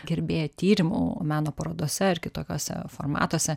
gerbėja tyrimų meno parodose ar kitokiose formatuose